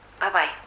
Bye-bye